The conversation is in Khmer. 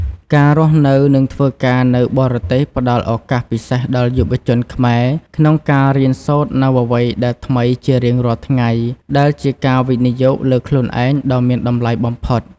ការរស់នៅ និងធ្វើការនៅបរទេសផ្ដល់ឱកាសពិសេសដល់យុវជនខ្មែរក្នុងការរៀនសូត្រនូវអ្វីដែលថ្មីជារៀងរាល់ថ្ងៃ ដែលជាការវិនិយោគលើខ្លួនឯងដ៏មានតម្លៃបំផុត។